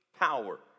power